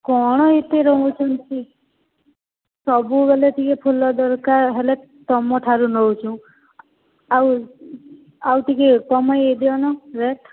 କଣ ଏତେ ରହୁଛନ୍ତି ସବୁବେଳେ ଟିକେ ଫୁଲ ଦରକାର ହେଲେ ତୁମ ଠାରୁ ନେଉଛୁ ଆଉ ଆଉ ଟିକେ କମାଇଦିଅ ନ ରେଟ୍